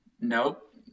nope